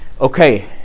Okay